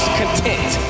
content